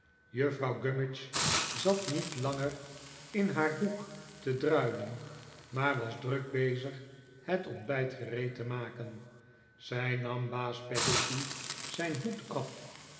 juffrouw gummidge zat niet langer in haar hoek te druilen maar was druk bezig het ontbijt gereed te maken zij nam baas peggotty zijn hoed af